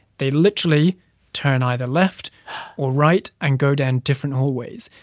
they literally turn either left or right and go down different hallways.